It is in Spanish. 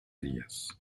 días